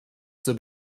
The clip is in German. zur